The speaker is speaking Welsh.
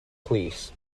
plîs